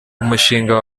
umushinga